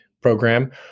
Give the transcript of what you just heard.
program